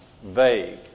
vague